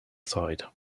side